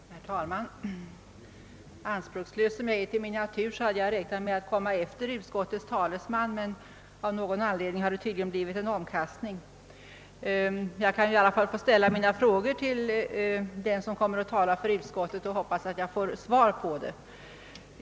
Herr talman! Anspråkslös som jag är till min natur hade jag räknat med att komma efter utskottets talesman, men av någon anledning har det tydligen blivit en omkastning. Jag vill i alla fall ställa mina frågor till den som kommer att tala för utskottet och hoppas att jag får svar på dem.